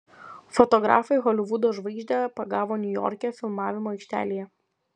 fotografai holivudo žvaigždę pagavo niujorke filmavimo aikštelėje